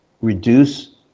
reduce